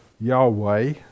Yahweh